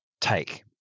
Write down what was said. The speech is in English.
take